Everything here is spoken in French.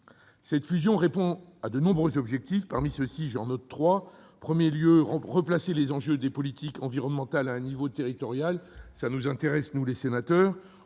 Cette fusion répond à de nombreux objectifs. Parmi ceux-ci, j'en note trois : replacer les enjeux des politiques environnementales à un échelon territorial- cela doit intéresser les sénateurs